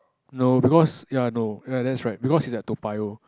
no because ya no ya that's right because it's at Toa-Payoh